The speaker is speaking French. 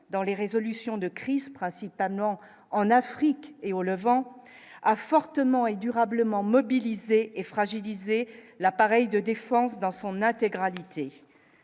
dans les résolutions de crise, principalement en Afrique et on le vent a fortement et durablement mobilisés et fragilisé l'appareil de défense dans son intégralité